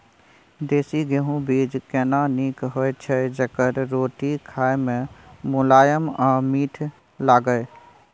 देसी गेहूँ बीज केना नीक होय छै जेकर रोटी खाय मे मुलायम आ मीठ लागय?